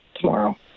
tomorrow